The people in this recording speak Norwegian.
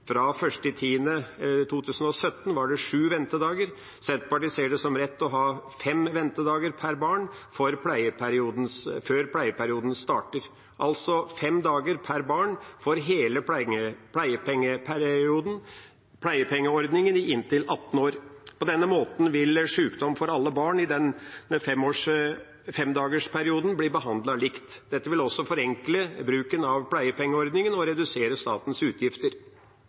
fra 1. oktober 2017 var det sju ventedager. Senterpartiet ser det som rett å ha fem ventedager per barn før pleieperioden starter, altså fem dager per barn for hele pleiepengeperioden i inntil 18 år. På denne måten vil sykdom for alle barn i denne femdagersperioden bli behandlet likt. Dette vil også forenkle bruken av pleiepengeordningen og redusere statens utgifter.